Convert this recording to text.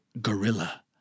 Gorilla